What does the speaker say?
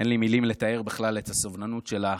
אין לי מילים לתאר בכלל את הסובלנות שלך,